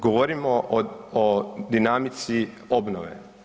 Govorimo o dinamici obnove.